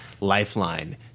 lifeline